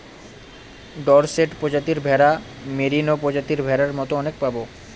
Dorset প্রজাতির ভেড়া, merino প্রজাতির ভেড়ার মতো অনেক পাবো